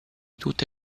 tutte